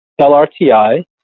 lrti